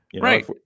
Right